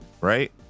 right